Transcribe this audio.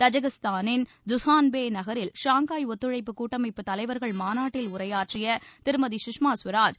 தஜகிஸ்தானின் Dushanbe நகரில் Shanghai ஒத்துழைப்பு கூட்டமைப்பு தலைவர்கள் மாநாட்டில் உரையாற்றிய திருமதி கஷ்மா ஸ்வராஜ்